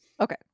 Okay